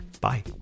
Bye